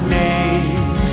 name